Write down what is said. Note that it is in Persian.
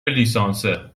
لیسانسه